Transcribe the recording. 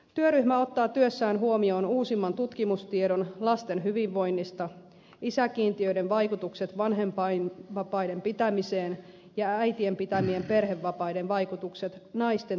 työryhmä ottaa työssään huomioon uusimman tutkimustiedon lasten hyvinvoinnista isäkiintiöiden vaikutukset vanhempainvapaiden pitämiseen ja äitien pitämien perhevapaiden vaikutukset naisten työmarkkina asemaan